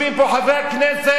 חברי הכנסת,